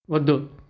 వద్దు